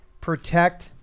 Protect